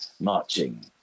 marching